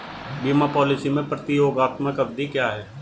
बीमा पॉलिसी में प्रतियोगात्मक अवधि क्या है?